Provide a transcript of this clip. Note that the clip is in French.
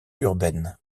urbaines